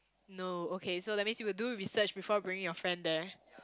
no okay so that means you will do research before bringing your friend there